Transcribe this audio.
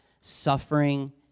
suffering